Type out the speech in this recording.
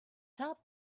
top